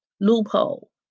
loophole